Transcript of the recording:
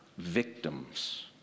victims